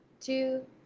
two